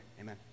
Amen